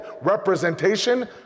representation